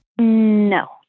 No